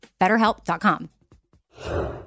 BetterHelp.com